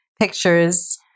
pictures